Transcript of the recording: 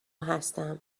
هستم